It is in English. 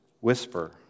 whisper